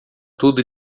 tudo